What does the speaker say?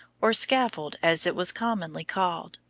or scaffold as it was commonly called,